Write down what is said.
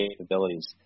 capabilities